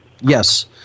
Yes